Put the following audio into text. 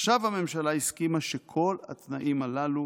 עכשיו הממשלה הסכימה שכל התנאים הללו